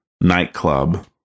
nightclub